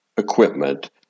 equipment